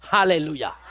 Hallelujah